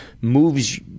moves